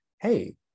hey